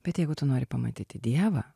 bet jeigu tu nori pamatyti dievą